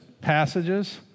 passages